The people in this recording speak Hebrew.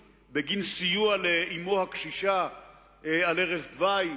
הרי הוא יעשה אותם זקנים,